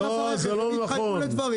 זה אגף הרכב.